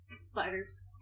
Spiders